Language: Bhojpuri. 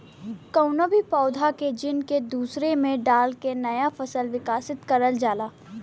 कउनो भी पौधा के जीन के दूसरे में डाल के नया फसल विकसित करल जाला